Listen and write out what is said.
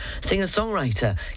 singer-songwriter